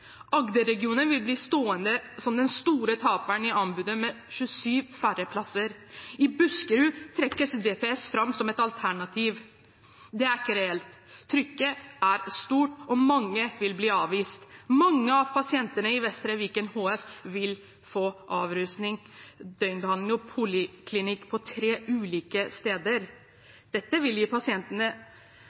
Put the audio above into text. vil bli stående som den store taperen i anbudet, med 27 færre plasser. I Buskerud trekkes DPS fram som et alternativ. Det er ikke reelt. Trykket er stort, og mange vil bli avvist. Mange av pasientene i Vestre Viken HF vil få avrusning, døgnbehandling og poliklinikk på tre ulike steder. Dette vil ikke gi pasientene